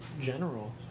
general